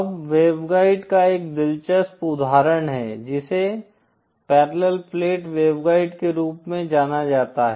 अब वेवगाइड का एक दिलचस्प उदाहरण है जिसे पैरेलल प्लेट वेवगाइड के रूप में जाना जाता है